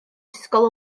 ysgol